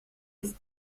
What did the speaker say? ist